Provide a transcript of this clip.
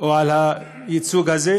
או על הייצוג הזה?